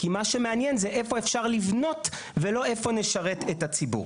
כי מה שמעניין זה איפה אפשר לבנות ולא איפה נשרת את הציבור.